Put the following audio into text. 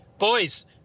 Boys